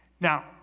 Now